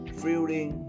feeling